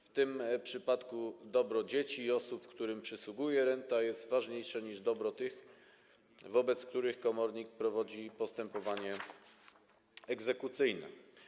W tym przypadku dobro dzieci i osób, którym przysługuje renta, jest ważniejsze niż dobro tych, wobec których komornik prowadzi postępowanie egzekucyjne.